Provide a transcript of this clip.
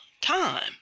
time